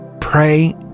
pray